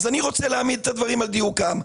אני רוצה להעמיד דברים על דיוקם.